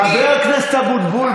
חבר הכנסת אבוטבול.